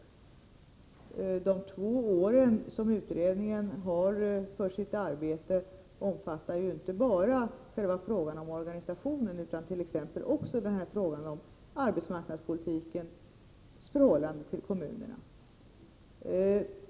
Under de två år som utredningen har på sig för sitt arbete skall ju inte bara själva frågan om organisationen behandlas utan t.ex. också frågan om arbetsmarknadspolitikens förhållande till kommunerna.